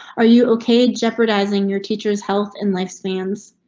are you ok jeopardizing your teachers health and life spans?